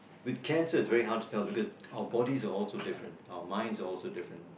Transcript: with cancer it's very hard to tell because our bodies are all so different mine's also very different